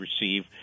receive